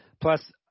Plus